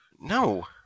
No